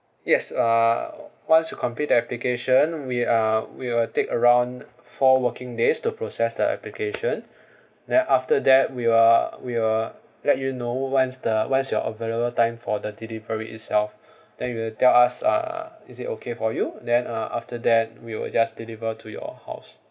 yes uh once you complete the application we uh we will take around four working days to process the application then after that we will we will let you know when is the when is your available time for the delivery itself then you will tell us uh is it okay for you then uh after that we will just deliver to your house